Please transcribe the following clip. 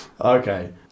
Okay